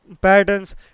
patterns